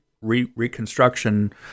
reconstruction